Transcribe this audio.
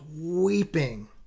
weeping